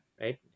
Right